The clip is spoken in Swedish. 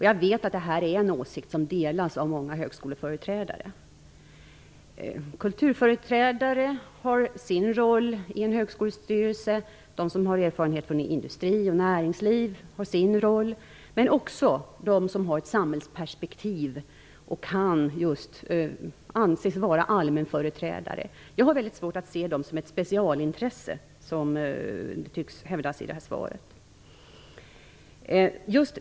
Jag vet att det är en åsikt som delas av många högskoleföreträdare. Kulturföreträdare spelar sin roll i en högskolestyrelse, och de som har erfarenhet från industri och näringsliv spelar sin roll. Men även de som har ett samhällsperspektiv och anses vara allmänföreträdare spelar sin roll. Jag har mycket svårt att se dem som ett specialintresse, vilket tycks hävdas i svaret.